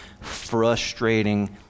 frustrating